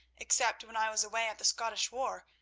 except when i was away at the scottish war,